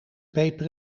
peper